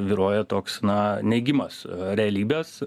vyruoja toks na neigimas realybės